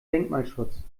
denkmalschutz